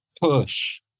Push